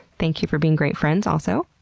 thank you for being great friends also.